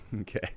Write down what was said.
Okay